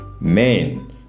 Men